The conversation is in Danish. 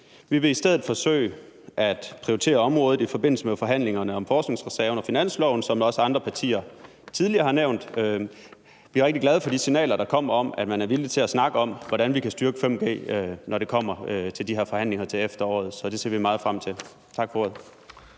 Vi vil i stedet forsøge at prioritere området i forbindelse med forhandlingerne om forskningsreserven og finansloven, som også andre partier tidligere har nævnt. Vi er rigtig glade for de signaler, der kom, om, at man er villig til at snakke om, hvordan vi kan styrke 5G, når det kommer til de her forhandlinger til efteråret, så det ser vi meget frem til. Tak for ordet.